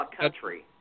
country